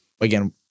again